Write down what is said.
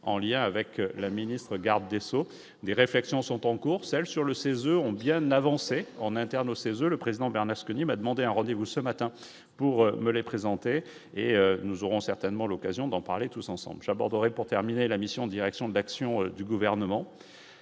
en lien avec la ministre garde des Sceaux, des réflexions sont en cours, celles sur le CESE ont bien avancé en interne au 16 le président Bernasconi, m'a demandé un rendez-vous ce matin pour mener présenter et nous aurons certainement l'occasion d'en parler tous ensemble, j'aborderai pour terminer la mission Direction de l'action du gouvernement